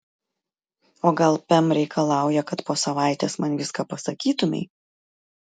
o gal pem reikalauja kad po savaitės man viską pasakytumei